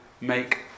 make